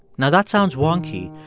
now, that sounds wonky,